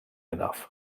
enough